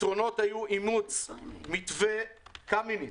אימוץ מתווה קמיניץ,